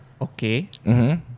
Okay